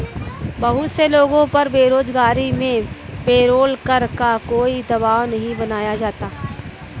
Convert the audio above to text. बहुत से लोगों पर बेरोजगारी में पेरोल कर का कोई दवाब नहीं बनाया जाता है